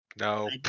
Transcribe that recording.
no